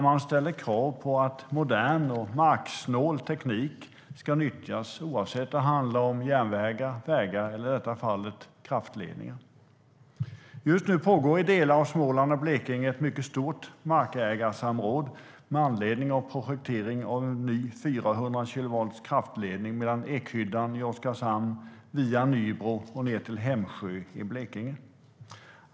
Man ställer krav på att modern och marksnål teknik ska nyttjas oavsett om det handlar om järnvägar, vägar eller, som i detta fall, kraftledningar. Just nu pågår i delar av Småland och Blekinge ett mycket stort markägarsamråd med anledning av projektering av en ny 400 kilovolts kraftledning, från Ekhyddan i Oskarshamn via Nybro och ned till Hemsjö i Blekinge.